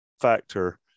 factor